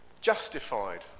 Justified